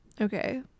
Okay